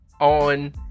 on